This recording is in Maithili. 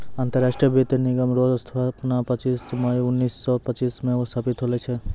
अंतरराष्ट्रीय वित्त निगम रो स्थापना पच्चीस मई उनैस सो पच्चीस मे स्थापित होल छै